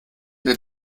der